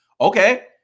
okay